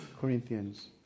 Corinthians